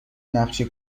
نقشه